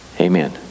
Amen